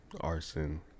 arson